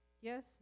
Yes